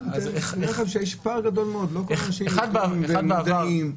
אני אומר שיש פער גדול מאוד, לא כל האנשים מודעים.